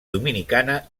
dominicana